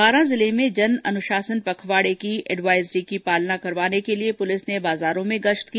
बारां जिले में जन अनुशासन पखवाडे की एडवाइजरी की पालना करवाने के लिए पुलिस ने बाजारों में गश्त की